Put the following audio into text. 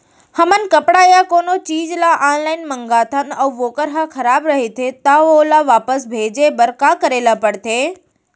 हमन कपड़ा या कोनो चीज ल ऑनलाइन मँगाथन अऊ वोकर ह खराब रहिये ता ओला वापस भेजे बर का करे ल पढ़थे?